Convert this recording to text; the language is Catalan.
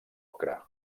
ocre